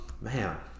Man